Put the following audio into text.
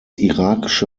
irakische